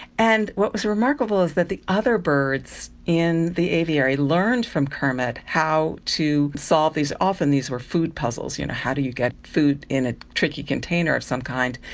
and what was remarkable is that the other birds in the aviary learned from kermit how to solve, often these were food puzzles, you know, how do you get food in a tricky container of some kind?